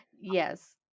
yes